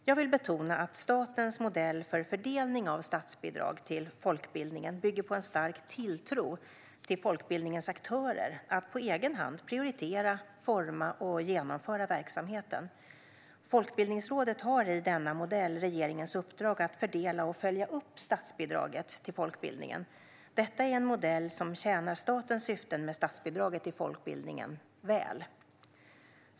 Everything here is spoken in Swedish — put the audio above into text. Jag vill betona att statens modell för fördelningen av statsbidrag till folkbildningen bygger på en stark tilltro till folkbildningens aktörer att på egen hand prioritera, forma och genomföra verksamheten. Folkbildningsrådet har i denna modell regeringens uppdrag att fördela och följa upp statsbidraget till folkbildningen. Detta är en modell som tjänar statens syften med statsbidraget till folkbildningen väl.